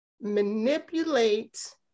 manipulate